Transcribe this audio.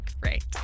Great